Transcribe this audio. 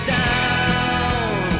down